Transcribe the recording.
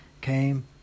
came